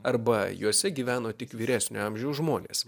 arba juose gyveno tik vyresnio amžiaus žmonės